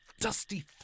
dusty